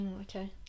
okay